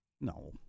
No